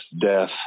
death